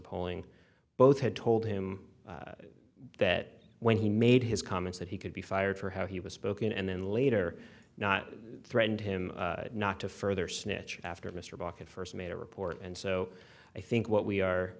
polling both had told him that when he made his comments that he could be fired for how he was spoken and then later not threatened him not to further snitch after mr bucket first made a report and so i think what we are